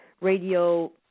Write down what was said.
radio